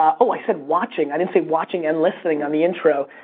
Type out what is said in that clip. um oh, i said watching. i didn't say watching and listening on the intro.